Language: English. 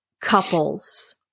couples